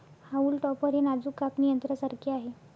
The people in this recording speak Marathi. हाऊल टॉपर हे नाजूक कापणी यंत्रासारखे आहे